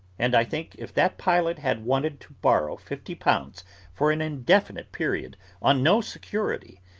and i think if that pilot had wanted to borrow fifty pounds for an indefinite period on no security,